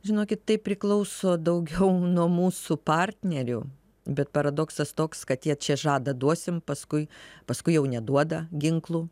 žinokit tai priklauso daugiau nuo mūsų partnerių bet paradoksas toks kad jie čia žada duosim paskui paskui jau neduoda ginklų